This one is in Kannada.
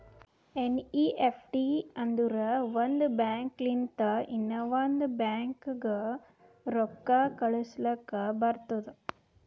ಎನ್.ಈ.ಎಫ್.ಟಿ ಅಂದುರ್ ಒಂದ್ ಬ್ಯಾಂಕ್ ಲಿಂತ ಇನ್ನಾ ಒಂದ್ ಬ್ಯಾಂಕ್ಗ ರೊಕ್ಕಾ ಕಳುಸ್ಲಾಕ್ ಬರ್ತುದ್